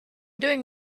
doing